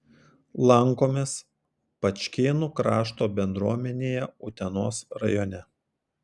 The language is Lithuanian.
lankomės pačkėnų krašto bendruomenėje utenos rajone